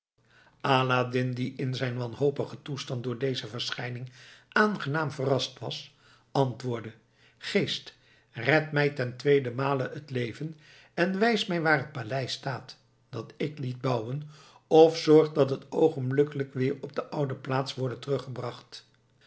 aladdin die in zijn wanhopigen toestand door deze verschijning aangenaam verrast was antwoordde geest red mij ten tweeden male het leven en wijs mij waar het paleis staat dat ik liet bouwen of zorg dat het oogenblikkelijk weer op zijn oude plaats worde teruggebracht